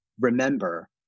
Remember